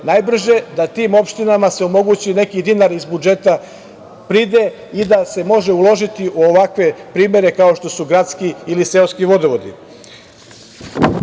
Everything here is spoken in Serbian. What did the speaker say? najbrže, da se tim opštinama omogući neki dinar iz budžeta pride i da se može uložiti u ovakve primere, kao što su gradski ili seoski vodovodi.U